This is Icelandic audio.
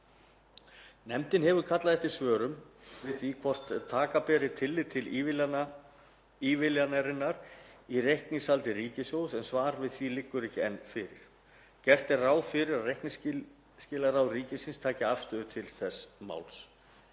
Nefndin hefur kallað eftir svörum við því hvort taka beri tillit til ívilnunarinnar í reikningshaldi ríkissjóðs en svar við því liggur enn ekki fyrir. Gert er ráð fyrir að reikningsskilaráð ríkisins taki afstöðu til málsins.